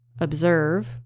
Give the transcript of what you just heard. observe